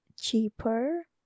cheaper